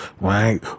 right